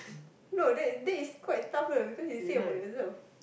no that that is quite tough you know because you said about yourself